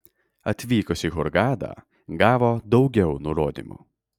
atvykus į hurgadą gavo daugiau nurodymų